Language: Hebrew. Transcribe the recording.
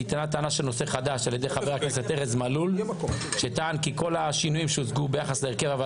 נטענה על ידי חבר הכנסת ארז מלול טענה של נושא חדש.